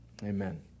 Amen